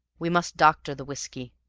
we must doctor the whiskey.